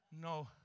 No